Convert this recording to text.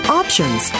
options